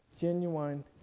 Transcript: Genuine